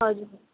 हजुर